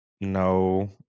no